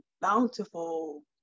bountiful